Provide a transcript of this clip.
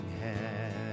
hand